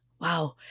Wow